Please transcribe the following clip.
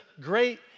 great